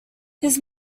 his